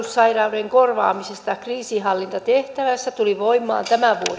palvelussairauden korvaamisesta kriisinhallintatehtävässä tuli voimaan tämän vuoden